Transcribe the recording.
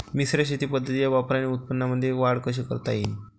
मिश्र शेती पद्धतीच्या वापराने उत्पन्नामंदी वाढ कशी करता येईन?